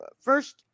First